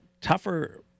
tougher